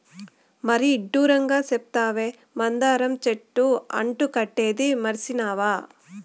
మరీ ఇడ్డూరంగా సెప్తావే, మందార చెట్టు అంటు కట్టేదీ మర్సినావా